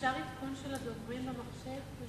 אפשר לקבל עדכון של הדוברים במחשב?